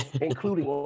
including